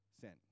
sent